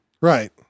Right